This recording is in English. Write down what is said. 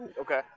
Okay